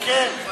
כן, כן,